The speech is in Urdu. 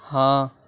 ہاں